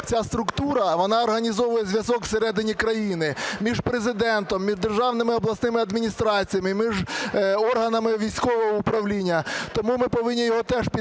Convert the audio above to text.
ця структура, вона організовує зв'язок всередині країни між Президентом, між державними обласними адміністраціями, між органами військового управління. Тому ми повинні її теж підтримувати,